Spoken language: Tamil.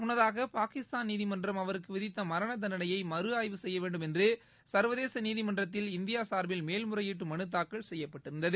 முன்னதாகபாகிஸ்தான் நீதிமன்றம் அவருக்குவிதித்தமரணதன்டனையை மறு செய்யவேண்டும் என்றுசர்வதேசநீதிமன்றத்தில் இந்தியாசார்பில் மேல் முறையீட்டுமனுதாக்கல் செய்யப்பட்டிருந்தது